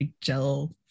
gel